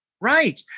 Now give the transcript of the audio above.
Right